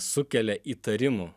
sukelia įtarimų